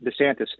DeSantis